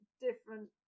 different